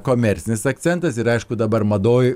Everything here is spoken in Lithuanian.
komercinis akcentas ir aišku dabar madoj